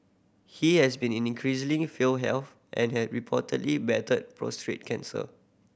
he has been in increasingly frail health and has reportedly battled prostate cancer